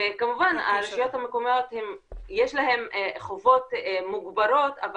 הרשויות המקומיות כמובן יש להם חובות מוגברות,